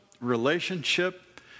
relationship